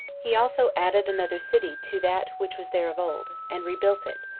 he also added another city to that which was there of old, and rebuilt it,